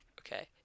okay